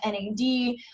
NAD